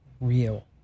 real